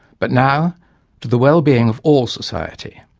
but now to the wellbeing of all society.